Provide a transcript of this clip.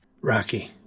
Rocky